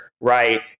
right